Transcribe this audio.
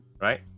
Right